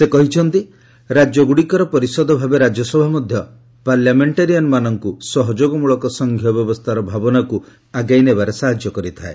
ସେ ପୁଣି କହିଛନ୍ତି ରାଜ୍ୟଗୁଡ଼ିକର ପରିଷଦ ଭାବେ ରାଜ୍ୟସଭା ମଧ୍ୟ ପାର୍ଲାମେଣ୍ଟାରିଆନ୍ମାନଙ୍କୁ ସହଯୋଗମଳକ ସଂଘୀୟ ବ୍ୟବସ୍ଥାର ଭାବନାକୁ ଆଗେଇ ନେବାରେ ସାହାଯ୍ୟ କରିଥାଏ